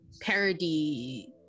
parody